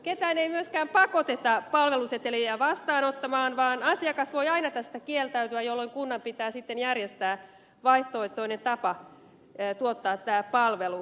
ketään ei myöskään pakoteta palveluseteleitä vastaanottamaan vaan asiakas voi aina tästä kieltäytyä jolloin kunnan pitää sitten järjestää vaihtoehtoinen tapa tuottaa tämä palvelu